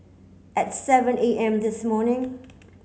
at seven A M this morning